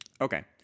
Okay